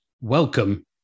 Welcome